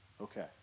Okay